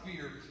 fear